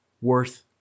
worth